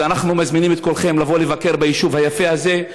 אז אנחנו מזמינים את כולכם לבוא לבקר ביישוב היפה הזה,